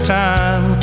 time